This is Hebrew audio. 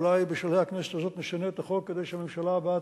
אולי בשלהי הכנסת הזאת נשנה את החוק כדי שהממשלה הבאה,